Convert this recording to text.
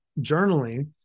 journaling